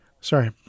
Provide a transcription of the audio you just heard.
Sorry